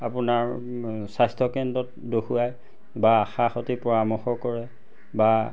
আপোনাৰ স্বাস্থ্যকেন্দ্ৰত দেখুৱায় বা আশাৰ সৈতে পৰামৰ্শ কৰে বা